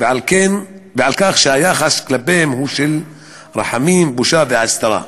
ועל כך שהיחס כלפיהם הוא של רחמים, בושה והסתרה.